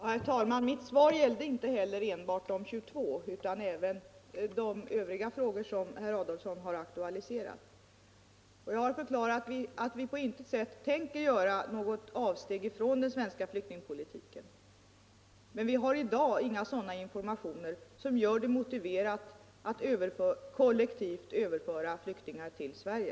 Herr talman! Mitt svar gällde inte heller enbart de 22 personerna utan även de övriga frågor som herr Adolfsson har aktualiserat. Jag har förklarat att vi på intet sätt tänker göra något avsteg från den svenska flyktingpolitiken. Men vi har i dag inga sådana informationer som gör det motiverat att kollektivt överföra flyktingar till Sverige.